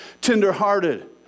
Tender-hearted